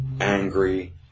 angry